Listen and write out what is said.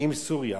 עם סוריה.